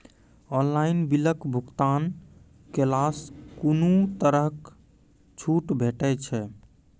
Online बिलक भुगतान केलासॅ कुनू तरहक छूट भेटै छै?